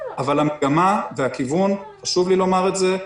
אבל המגמה והכיוון חשוב לי לומר את זה,